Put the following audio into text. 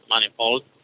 manifold